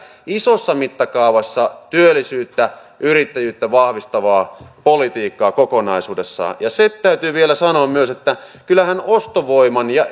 isossa mittakaavassa työllisyyttä yrittäjyyttä vahvistavaa politiikkaa kokonaisuudessaan ja se täytyy vielä sanoa myös että kyllähän ostovoiman ja